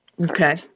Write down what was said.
Okay